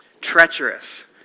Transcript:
Treacherous